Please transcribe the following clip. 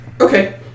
Okay